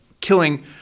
killing